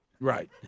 Right